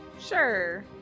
Sure